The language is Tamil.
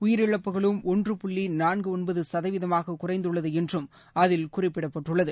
உயிரிழப்புகளும் புள்ளிநான்குஒன்பதுசதவீதமாகக் குறைந்துள்ளதுஎன்றும் ஒன்று அதில் குறிப்பிடப்பட்டுள்ளது